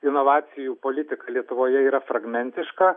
inovacijų politika lietuvoje yra fragmentiška